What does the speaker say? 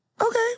okay